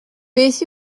beth